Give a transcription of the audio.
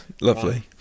Lovely